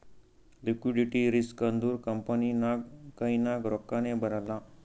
liquidity risk ಅಂದುರ್ company ನಾಗ್ ಕೈನಾಗ್ ರೊಕ್ಕಾನೇ ಬರಲ್ಲ